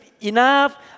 enough